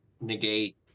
negate